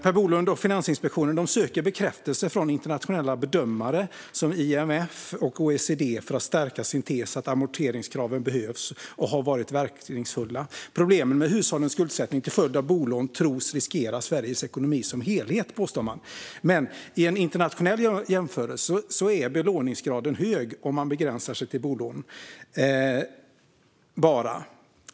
Per Bolund och Finansinspektionen söker bekräftelse från internationella bedömare som IMF och OECD för att stärka sin tes att amorteringskraven behövs och har varit verkningsfulla. Man påstår att problemen med hushållens skuldsättning till följd av bolån tros riskera Sveriges ekonomi som helhet. Men i en internationell jämförelse är belåningsgraden hög om man begränsar sig till bara bolånen.